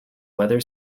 weather